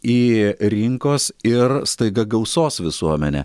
į rinkos ir staiga gausos visuomenę